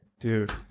Dude